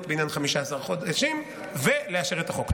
בעניין 15 חודשים ולאשר את החוק.